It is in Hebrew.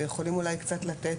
ויכולים אולי קצת לתת,